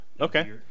okay